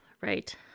right